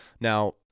now